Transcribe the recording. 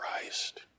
Christ